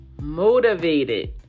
motivated